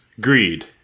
greed